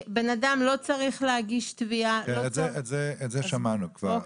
בן אדם לא צריך להגיש תביעה --- את זה שמענו כבר.